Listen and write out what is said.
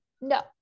No